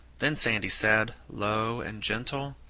then sandy said, low and gentle,